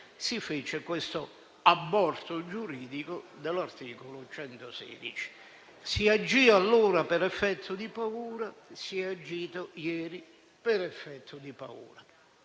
si fece quest'aborto giuridico dell'articolo 116. Si agì allora per effetto di paura e si è agito ieri per effetto di paura,